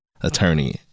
attorney